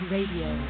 Radio